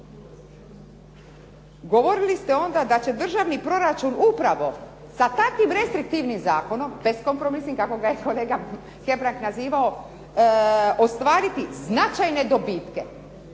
Govorili ste onda da će državni proračun upravo sa takvim restriktivnim zakonom beskompromisnim kako ga je kolega Hebrang nazivao ostvariti značajne dobitke,